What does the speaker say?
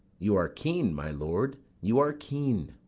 you are keen, my lord, you are keen.